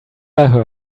ever